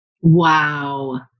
Wow